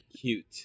Cute